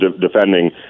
defending